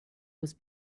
was